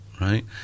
right